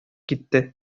китте